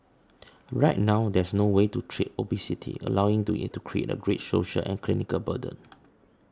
right now there's no way to treat obesity allowing it to create a great social and clinical burden